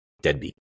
Deadbeat